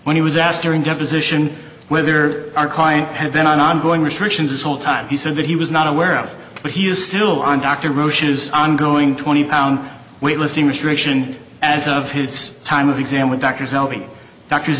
when he was asked during deposition whether our client had been on ongoing restrictions this whole time he said that he was not aware of but he is still on dr roche's ongoing twenty pound weight lifting restriction as of his time of exam with doctors helping doctors